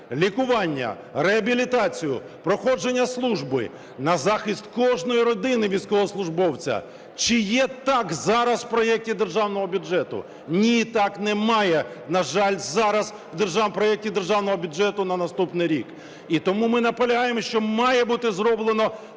лікування, реабілітацію, проходження служби, на захист кожної родини військовослужбовця. Чи є так зараз в проекті Державного бюджету? Ні, так немає, на жаль, зараз в проекті Державного бюджету на наступний рік. І тому ми наполягаємо, що має бути зроблено